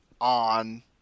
on